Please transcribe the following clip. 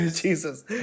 Jesus